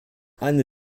eine